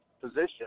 position